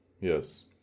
Yes